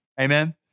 Amen